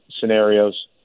scenarios